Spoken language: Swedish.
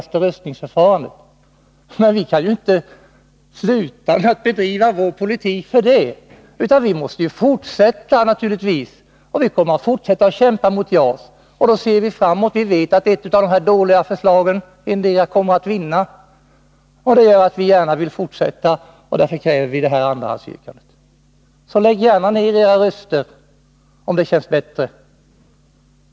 Men vi kan ju inte sluta driva vår politik av den anledningen. Vi måste naturligtvis fortsätta. Vi kommer att fortsätta kämpa mot JAS. Vi vet att endera av dessa dåliga förslag kommer att vinna omröstningen. Det gör att vi gärna vill fortsätta kämpa. Därför kräver vi detta andrahandsyrkande. Lägg gärna ned era röster om det känns bättre!